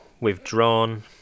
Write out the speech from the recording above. withdrawn